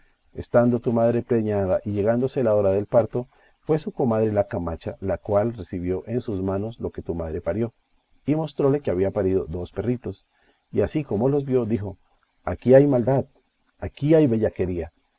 estando tu madre preñada y llegándose la hora del parto fue su comadre la camacha la cual recibió en sus manos lo que tu madre parió y mostróle que había parido dos perritos y así como los vio dijo aquí hay maldad aquí hay